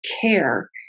care